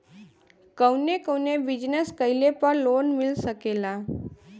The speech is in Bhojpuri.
कवने कवने बिजनेस कइले पर लोन मिल सकेला?